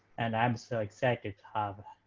and i'm so excited to have